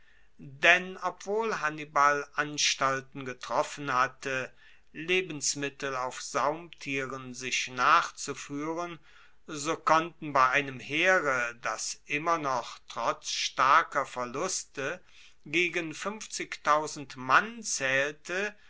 denn obwohl hannibal anstalten getroffen hatte lebensmittel auf saumtieren sich nachzufuehren so konnten bei einem heere das immer noch trotz starker verluste gegen mann zaehlte